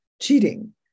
cheating